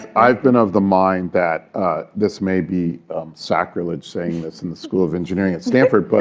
ah i've been of the mind that this may be sacrilege saying this in the school of engineering at stanford, but